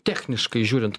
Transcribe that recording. techniškai žiūrint